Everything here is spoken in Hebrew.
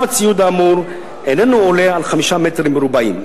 הציוד האמור איננו עולה על 5 מטרים רבועים".